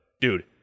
dude